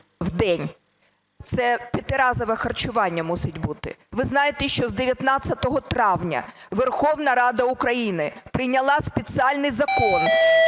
день. Це п'ятиразове харчування мусить бути. Ви знаєте, що з 19 травня Верховна Рада України прийняла спеціальний закон,